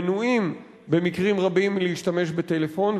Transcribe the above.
מנועים במקרים רבים מלהשתמש בטלפון,